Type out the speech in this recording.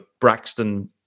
Braxton